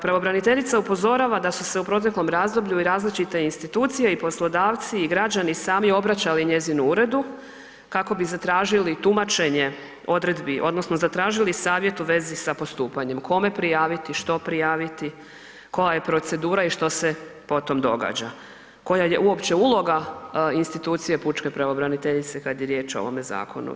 Pravobraniteljica upozorava da su u proteklom razdoblju i različite institucije i poslodavci i građani sami obraćali njezinu uredu kako bi zatražili tumačenje odredbi odnosno zatražili savjet u vezi sa postupanjem, kome prijaviti, što prijaviti, koja je procedura i što se potom događa, koja je uopće uloga institucije pučke pravobraniteljice kada je riječ o ovome zakonu.